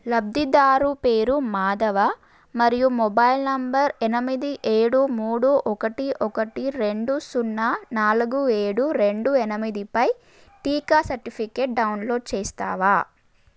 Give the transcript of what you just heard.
లబ్ధిదారు పేరు మాధవ మరియు మొబైల్ నంబర్ ఎనిమిది ఏడు మూడు ఒకటి ఒకటి రెండు సున్నా నాలుగు ఏడు రెండు ఎనిమిది పై టీకా సర్టిఫికేట్ డౌన్లోడ్ చేస్తావా